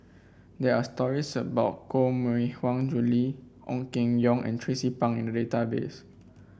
there are stories about Koh Mui Hiang Julie Ong Keng Yong and Tracie Pang in the database